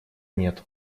нет